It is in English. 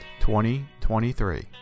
2023